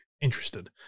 interested